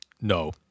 No